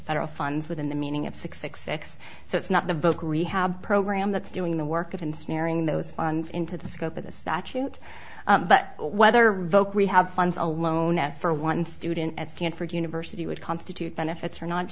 federal funds within the meaning of six six six so it's not the book rehab program that's doing the work of ensnaring those funds into the scope of the statute but whether revoke we have funds alone as for one student at stanford university would constitute benefits or not